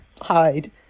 hide